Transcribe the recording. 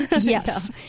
Yes